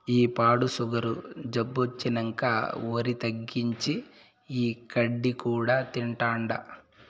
ఈ పాడు సుగరు జబ్బొచ్చినంకా ఒరి తగ్గించి, ఈ గడ్డి కూడా తింటాండా